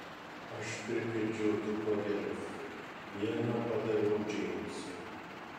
aš pripildžiau du puodelius vieną padaviau džeimsui